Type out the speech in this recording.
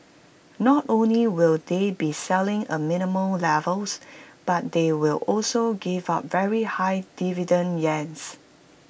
not only will they be selling A minimal levels but they will also give up very high dividend yields